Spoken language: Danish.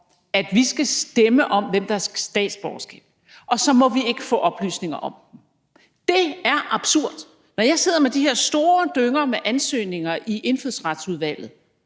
at vi skal stemme om, hvem der skal have statsborgerskab, og så må vi ikke få oplysninger om dem. Det er absurd. Når jeg sidder med de her store dynger af ansøgninger i Indfødsretsudvalget,